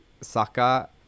Saka